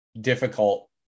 difficult